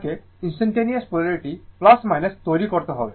সুতরাং এখানে আপনাকে ইনস্টানটানেওয়াস পোলারিটি তৈরি করতে হবে